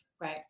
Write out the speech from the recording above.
Right